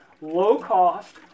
low-cost